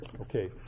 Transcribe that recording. Okay